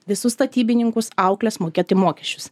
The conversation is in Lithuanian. visus statybininkus aukles mokėti mokesčius